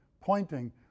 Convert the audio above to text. pointing